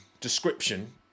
description